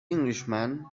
englishman